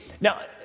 Now